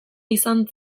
izan